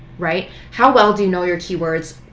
right, how well do you know your keywords,